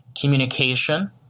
communication